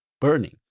burning